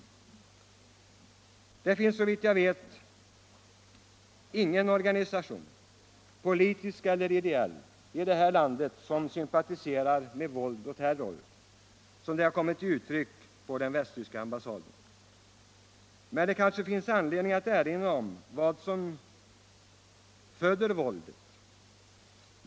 Såvitt jag vet finns det i det här landet — Nr 78 ingen organisation, politisk eller ideell, som sympatiserar med våld och Tisdagen den terror av det slag som förekom på den västtyska ambassaden. 13 maj 1975 Men det kanske är skäl att erinra om vad som föder våldet.